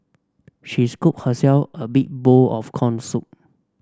she scooped herself a big bowl of corn soup